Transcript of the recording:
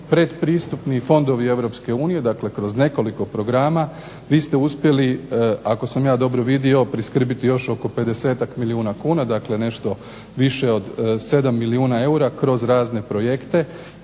pretpristupni fondovi EU, dakle kroz nekoliko programa, vi ste uspjeli ako sam ja dobro vidio priskrbiti još oko 50-tak milijuna kuna, dakle nešto više od 7 milijuna eura kroz razne projekte